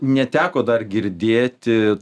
neteko dar girdėti